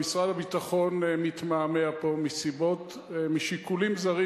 ומשרד הביטחון מתמהמה פה משיקולים זרים,